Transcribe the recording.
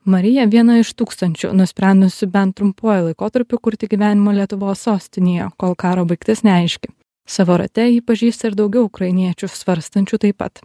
marija viena iš tūkstančių nusprendusių bent trumpuoju laikotarpiu kurti gyvenimą lietuvos sostinėje kol karo baigtis neaiški savo rate ji pažįsta ir daugiau ukrainiečių svarstančių taip pat